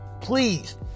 Please